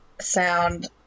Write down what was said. sound